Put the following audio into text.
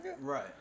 Right